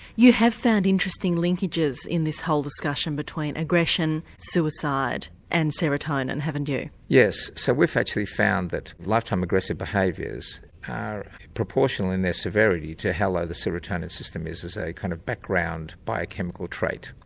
you have found interesting linkages in this whole discussion between aggression, suicide and serotonin and haven't you? yes, so we've actually found that lifetime aggressive behaviours are proportional in their severity to how low the serotonin system is as a kind of background biochemical trait.